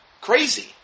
Crazy